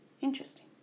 Interesting